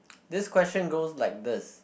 this question goes like this